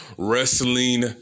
Wrestling